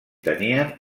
tenien